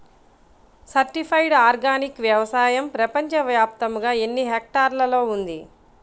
Certified organic వ్యవసాయం ప్రపంచ వ్యాప్తముగా ఎన్నిహెక్టర్లలో ఉంది?